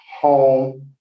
home